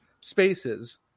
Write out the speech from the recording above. spaces